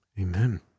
Amen